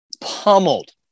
pummeled